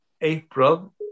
April